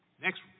Next